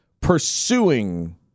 pursuing